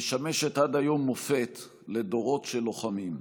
משמשת עד היום מופת לדורות של לוחמים.